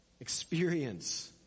experience